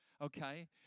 Okay